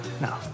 No